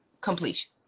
completion